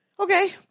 Okay